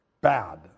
Bad